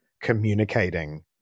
communicating